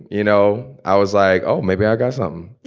you know, i was like, oh, maybe i got some,